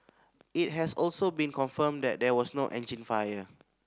it has also been confirmed that there was no engine fire